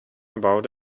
about